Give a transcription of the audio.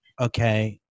Okay